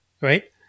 right